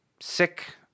sick